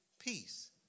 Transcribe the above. peace